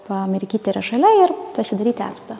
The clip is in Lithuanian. pamirkyti rašale ir pasidaryti atspaudą